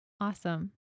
Awesome